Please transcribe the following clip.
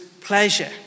pleasure